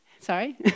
Sorry